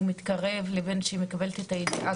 שהוא מתקרב ועד שהיא מקבלת את הידיעה?